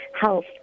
health